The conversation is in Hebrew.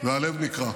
והלב נקרע.